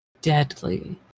deadly